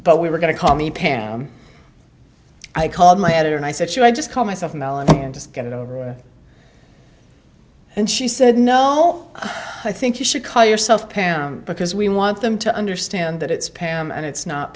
but we were going to call me pam i called my editor and i said sure i just call myself melanie and just get it over and she said no i think you should call yourself pound because we want them to understand that it's pam and it's not